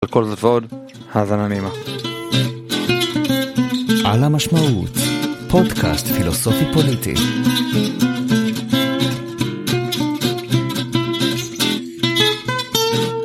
על כל זאת ועוד האזנה נעימה . על המשמעות פודקאסט פילוסופי פוליטי